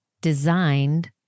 designed